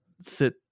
sit